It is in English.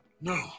no